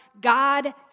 God